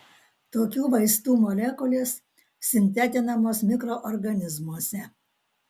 tokių vaistų molekulės sintetinamos mikroorganizmuose